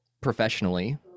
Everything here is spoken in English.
professionally